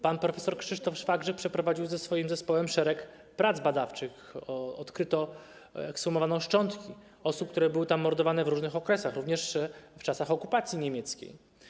Pan prof. Krzysztof Szwagrzyk przeprowadził ze swoim zespołem szereg prac badawczych, odkryto, ekshumowano szczątki osób, które były tam mordowane w różnych okresach, również w czasach okupacji niemieckiej.